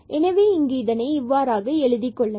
எனவே இங்கு இதனை இவ்வாறாக எழுதிக்கொள்ளலாம்